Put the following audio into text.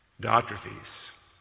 Diotrephes